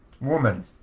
Woman